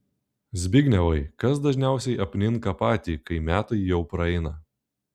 zbignevai kas dažniausiai apninka patį kai metai jau praeina